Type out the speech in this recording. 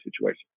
situation